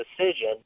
decision